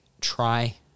Try